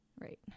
Right